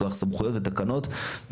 מכוח סמכויות ותקנות.